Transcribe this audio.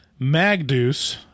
Magdeus